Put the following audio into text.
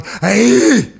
Hey